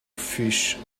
fish